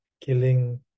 killing